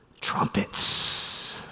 Trumpets